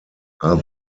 are